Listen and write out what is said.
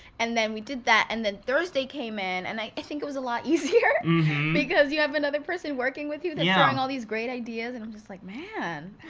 and then we did that. and then thursday came in, and i think it was a lot easier because you have another person working with you that's yeah throwing all these great ideas. and i'm just like, man.